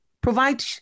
provide